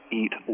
eat